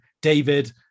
David